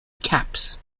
caps